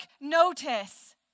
notice